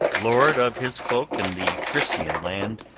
lord of his folk, in the frisian land,